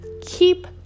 keep